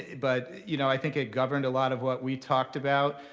but you know i think it governed a lot of what we talked about.